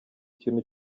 kintu